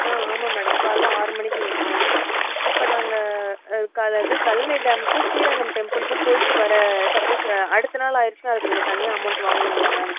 ஆ ஆமாம் மேடம் காலைல ஆறு மணிக்கு வேணும் இப்போ நாங்கள் க அது கல்லணை டேமுக்கும் ஸ்ரீரங்கம் டெம்ப்புளுக்கும் போய்ட்டு வர சப்போஸ் அடுத்த நாள் ஆகிருச்சுனா அதுக்கு நீங்கள் தனியாக அமௌண்ட் வாங்குவீங்களா மேம்